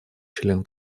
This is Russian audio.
член